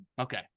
Okay